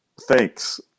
thanks